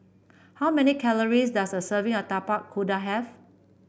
how many calories does a serving of Tapak Kuda have